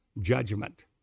Judgment